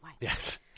Yes